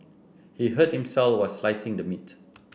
he hurt himself while slicing the meat